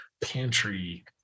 pantry